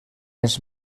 ens